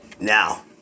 Now